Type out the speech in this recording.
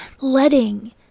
letting